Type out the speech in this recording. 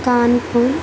Kanpur